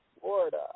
Florida